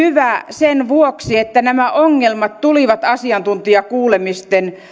sen vuoksi että nämä ongelmat tulivat asiantuntijakuulemisten